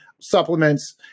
supplements